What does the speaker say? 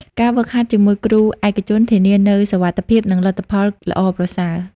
ការហ្វឹកហាត់ជាមួយគ្រូឯកជនធានានូវសុវត្ថិភាព និងលទ្ធផលល្អប្រសើរ។